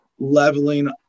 Leveling